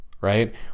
Right